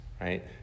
right